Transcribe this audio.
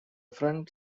front